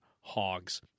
hogs